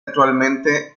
actualmente